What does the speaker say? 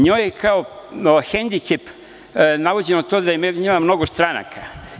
Njoj je kao hendikep navođeno to da je menjala mnogo stranaka.